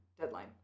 deadline